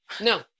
No